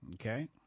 Okay